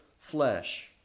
flesh